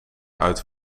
uit